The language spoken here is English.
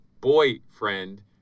boyfriend